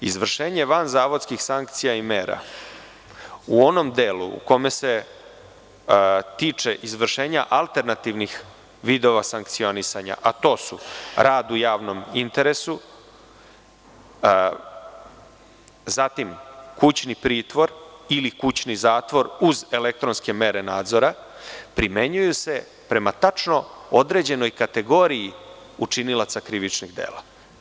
Izvršenje vanzavodskih sankcija i mera u onom delu u kome se tiče izvršenja alternativnih vidova sankcionisanja, a to su rad u javnom interesu, kućni pritvor ili kućni zatvor uz elektronske mere nadzora, primenjuju se prema tačno određenoj kategoriji učinilaca krivičnih dela.